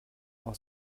auch